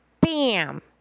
Bam